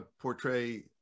portray